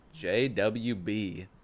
JWB